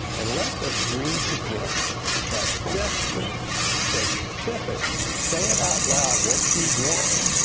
and let's agree together that desperate, specific say it out loud what you want,